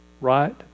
Right